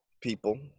people